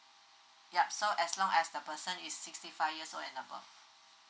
yup so as long as the person is sixty five years old and above